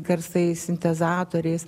garsais sintezatoriais